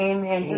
Amen